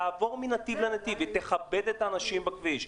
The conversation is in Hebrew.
תעבור מנתיב לנתיב, תכבד את האנשים בכביש.